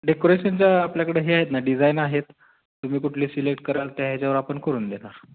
डेकोरेशनचं आपल्याकडं हे आहेत ना डिझाईन आहेत तुम्ही कुठले सिलेक्ट कराल त्या ह्याच्यावर आपण करून देणार